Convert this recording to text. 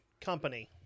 company